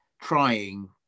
trying